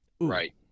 right